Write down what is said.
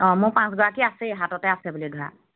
অ মোৰ পাঁচগৰাকী আছেই হাততে আছে বুলি ধৰা